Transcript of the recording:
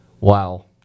wow